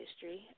history